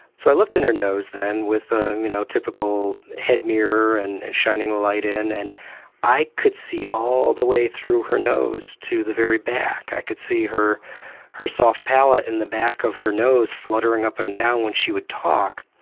so i looked in her nose then with a you know typical head mirror and shining a light in, and i could see all the way through her nose to the very back, i could see her her soft palate in the back of her nose fluttering up and down when she would talk.